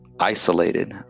isolated